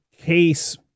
case